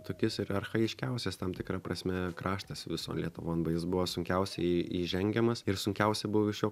tokis ir archajiškiausias tam tikra prasme kraštas vison lietuvon ba is buvo sunkiausiai įžengiamas ir sunkiausia buvo iš jo